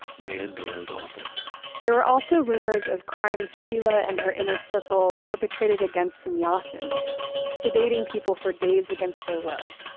dan durow's office there were also rumors of crimes sheela and her inner circle perpetrated against sannyasins sedating people for days against their will,